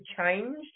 changed